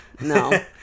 no